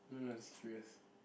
don't know I just curious